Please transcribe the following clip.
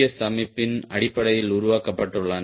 S அமைப்பின் அடிப்படையில் உருவாக்கப்பட்டுள்ளன